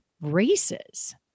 races